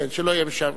כן, שלא יהיה משעמם.